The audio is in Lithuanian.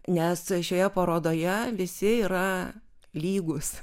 nes šioje parodoje visi yra lygūs